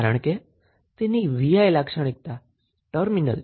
કારણ કે a અને b ટર્મિનલ પર તેની V I લાક્ષણિકતા સમાન છે